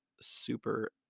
super